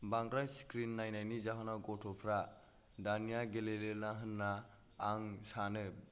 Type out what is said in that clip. बांद्राय स्क्रिन नायनायनि जाहोनाव गथ'फ्रा दानिया गेलेलिया होनना आं सानो